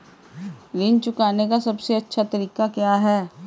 ऋण चुकाने का सबसे अच्छा तरीका क्या है?